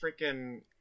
freaking